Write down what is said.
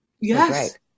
yes